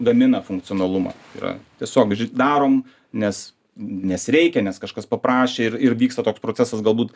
gamina funkcionalumą tai yra tiesiog darom nes nes reikia nes kažkas paprašė ir ir vyksta toks procesas galbūt